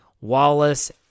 Wallace